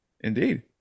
Indeed